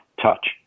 touch